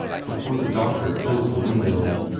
before the doctor closed the window.